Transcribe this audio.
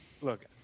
look